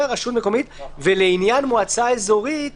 מקומית", ולעניין מועצה אזורית